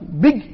big